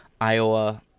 Iowa